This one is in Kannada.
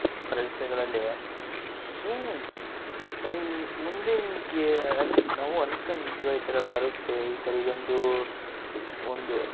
ಪ್ರದೇಶಗಳಲ್ಲಿ ಜೀನ್ ಈ ಮುಂದೆ ಹಿಂಗೆ ಅನ್ನ ನಾವು ಅಂದ್ಕೊಂಡಿದ್ವ ಈ ಥರ ಬರುತ್ತೆ ಈ ಥರ ಇದೊಂದು ಒಂದು